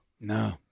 No